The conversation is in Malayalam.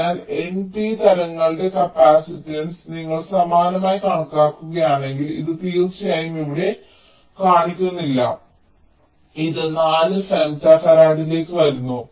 അതിനാൽ n p തരങ്ങളുടെ കപ്പാസിറ്റൻസ് നിങ്ങൾ സമാനമായി കണക്കാക്കുകയാണെങ്കിൽ ഇത് തീർച്ചയായും ഇവിടെ കാണിക്കുന്നില്ല ഇത് 4 ഫെംറ്റോഫാരഡിലേക്ക് വരുന്നു